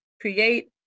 create